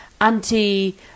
anti